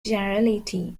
generality